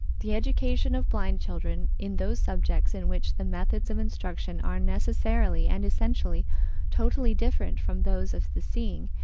the education of blind children in those subjects in which the methods of instruction are necessarily and essentially totally different from those of the seeing,